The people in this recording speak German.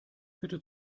bitte